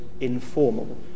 informal